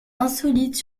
insolites